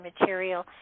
material